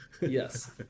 Yes